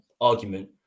argument